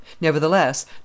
nevertheless